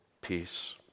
peace